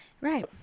Right